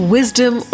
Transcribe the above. Wisdom